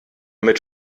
mit